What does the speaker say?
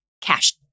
cash